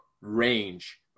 range